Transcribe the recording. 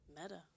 Meta